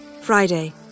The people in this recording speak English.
Friday